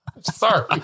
Sorry